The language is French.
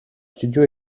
studio